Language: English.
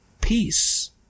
Peace